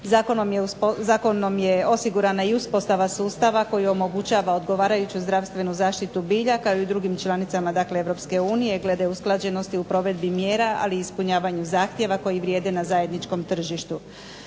Zakonom je osigurana i uspostava sustava koji omogućava odgovarajuću zdravstvenu zaštitu bilja, kao i u drugim članicama dakle Europske unije, glede usklađenosti u provedbi mjera, ali i ispunjavanju zahtjeva koji vrijede na zajedničkom tržištu.